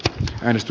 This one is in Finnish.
risto